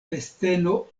festeno